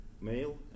male